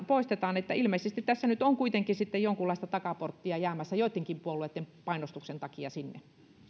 poistetaan ilmeisesti tässä nyt on kuitenkin sitten jonkunlaista takaporttia jäämässä sinne joittenkin puolueitten painostuksen takia